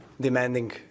demanding